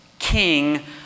king